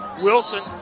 Wilson